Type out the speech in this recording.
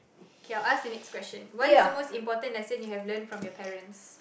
okay I'll ask the next question what is the most important lesson you have learnt from your parents